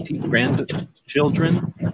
grandchildren